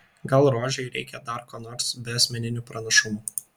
gal rožei reikia dar ko nors be asmeninių pranašumų